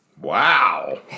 Wow